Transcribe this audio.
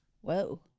Whoa